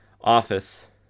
office